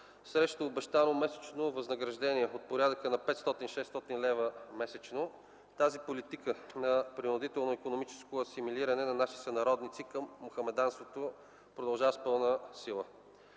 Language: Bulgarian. срещу обещано месечно възнаграждение от порядъка на 500-600 лв., тази политика на принудително икономическо асимилиране на наши сънародници към мохамеданството продължава с пълна сила.